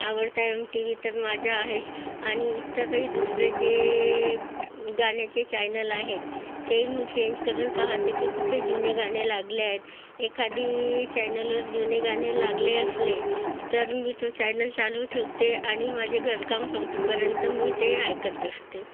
आवडता M T V तर माझ्या आहेत आणि इतरही दुसरे जे गाण्याचे चायनल आहेत ते मी चेंज करून पाहाते की कुठे जुने गाणे लागले आहेत एखादी चॅनलवर जुने गाणे लागले असले तर मी तो चायनल चालू ठेवते आणि माझे घरकाम संपेपर्यंत मी ते ऐकत बसते